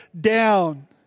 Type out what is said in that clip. down